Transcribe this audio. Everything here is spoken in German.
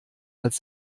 als